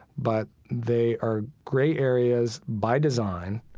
but they are gray areas by design,